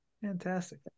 Fantastic